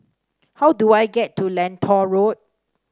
how do I get to Lentor Road